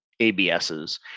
ABSs